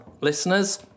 listeners